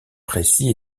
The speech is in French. précis